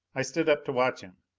i stood up to watch him.